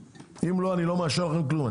אם לא אני לא מאשר לכם כלום,